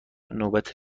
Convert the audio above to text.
نوبت